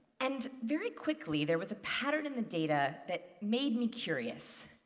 and very quickly, there was a pattern in the data that made me curious.